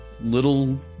little